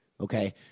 Okay